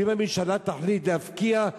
ואם הממשלה תחליט להפקיע,